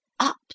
Up